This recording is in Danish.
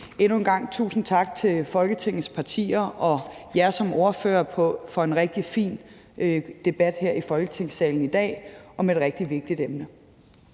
Endnu en gang tusind tak til Folketingets partier og jer som ordførere for en rigtig fin debat her i Folketingssalen i dag om et rigtig vigtigt emne.